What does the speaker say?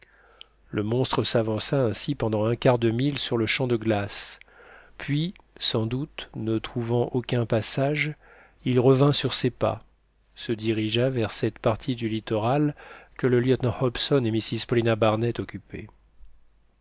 le monstre s'avança ainsi pendant un quart de mille sur le champ de glace puis sans doute ne trouvant aucun passage il revint sur ses pas se dirigea vers cette partie du littoral que le lieutenant hobson et mrs paulina barnett